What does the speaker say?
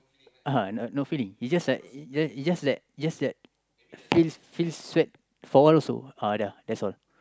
(uh huh) no feeling he just like just like just like feel feel sweat for a while also uh dah that's all